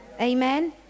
Amen